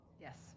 Yes